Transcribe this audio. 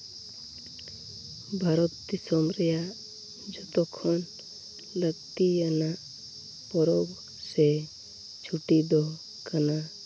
ᱵᱷᱟᱨᱚᱛ ᱫᱤᱥᱚᱢ ᱨᱮᱭᱟᱜ ᱡᱷᱚᱛᱚ ᱠᱷᱚᱱ ᱞᱟᱹᱠᱛᱤᱭᱟᱱᱟᱜ ᱯᱚᱨᱚᱵᱽ ᱥᱮ ᱪᱷᱩᱴᱤ ᱫᱚ ᱠᱟᱱᱟ